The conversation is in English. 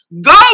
Go